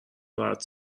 راحت